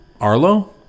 Arlo